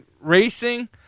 racing